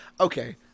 Okay